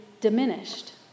diminished